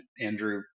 Andrew